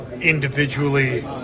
individually